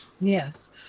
Yes